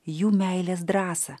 jų meilės drąsą